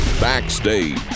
backstage